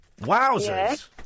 Wowzers